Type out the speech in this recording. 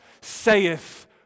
saith